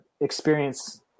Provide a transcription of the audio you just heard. experience